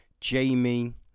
Jamie